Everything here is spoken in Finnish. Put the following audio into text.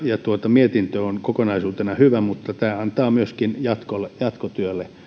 mietintö on kokonaisuutena hyvä mutta tämä antaa myöskin jatkotyölle